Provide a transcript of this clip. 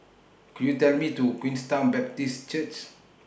Could YOU Tell Me to Queenstown Baptist Church